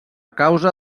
causa